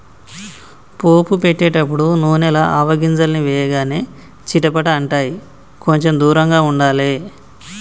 పోపు పెట్టేటపుడు నూనెల ఆవగింజల్ని వేయగానే చిటపట అంటాయ్, కొంచెం దూరంగా ఉండాలే